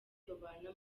babana